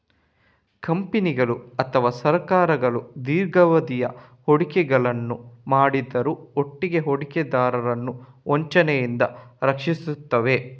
ಕಂಪನಿಗಳು ಅಥವಾ ಸರ್ಕಾರಗಳು ದೀರ್ಘಾವಧಿಯ ಹೂಡಿಕೆಗಳನ್ನ ಮಾಡುದ್ರ ಒಟ್ಟಿಗೆ ಹೂಡಿಕೆದಾರರನ್ನ ವಂಚನೆಯಿಂದ ರಕ್ಷಿಸ್ತವೆ